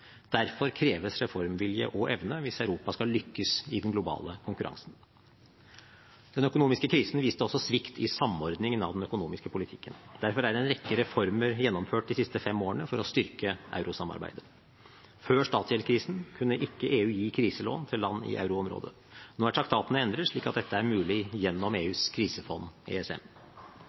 Derfor kreves reformvilje og -evne hvis Europa skal lykkes i den globale konkurransen. Den økonomiske krisen viste også svikt i samordningen av den økonomiske politikken. Derfor er en rekke reformer gjennomført de siste fem årene for å styrke eurosamarbeidet. Før statsgjeldskrisen kunne ikke EU gi kriselån til land i euroområdet. Nå er traktatene endret slik at dette er mulig gjennom